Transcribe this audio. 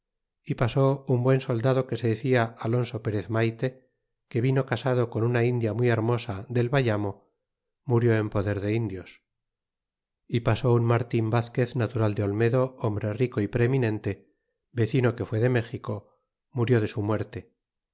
e pasó un buen soldado que se decia alonzo perez maite que vino casado con una india muy hermosa del bayamo murió en poder de indios e pasó un martin vazquez natural de olmedo hombre rico e preeminente vecino que fué de méxico murió de su muerte